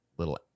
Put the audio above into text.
little